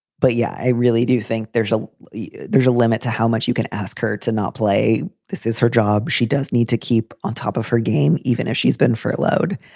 but, yeah, i really do think there's a yeah there's a limit to how much you can ask her to not play. this is her job. she does need to keep on top of her game, even if she's been furloughed.